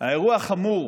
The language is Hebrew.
האירוע החמור,